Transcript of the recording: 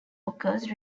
occurs